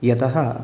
यतः